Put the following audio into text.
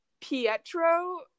Pietro